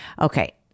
Okay